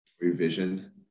revision